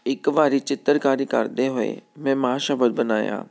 ਇੱਕ ਵਾਰੀ ਚਿੱਤਰਕਾਰੀ ਕਰਦੇ ਹੋਏ ਮੈਂ ਮਾਂ ਸ਼ਬਦ ਬਣਾਇਆ